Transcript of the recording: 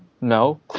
no